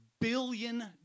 billion